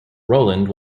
rowland